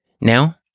Now